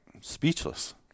speechless